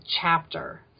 chapter